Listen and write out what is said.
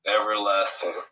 Everlasting